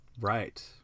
Right